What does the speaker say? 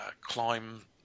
climb